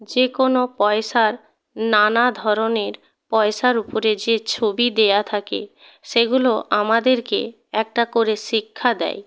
যে কোনো পয়সার নানা ধরনের পয়সার উপরে যে ছবি দেওয়া থাকে সেগুলো আমাদেরকে একটা করে শিক্ষা দেয়